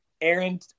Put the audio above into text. Aaron